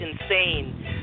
insane